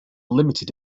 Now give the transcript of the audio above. limited